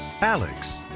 Alex